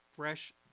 fresh